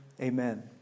Amen